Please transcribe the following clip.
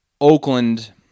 Oakland